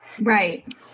Right